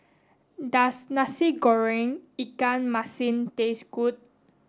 does Nasi Goreng Ikan Masin taste good